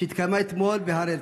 שהתקיימה אתמול בהר הרצל,